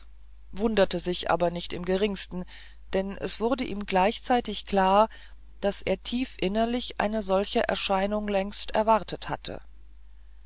wunderte sich aber nicht im geringsten denn es wurde ihm gleichzeitig klar daß er tief innerlich eine solche erscheinung längst erwartet hatte